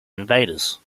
invaders